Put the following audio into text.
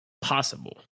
possible